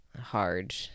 hard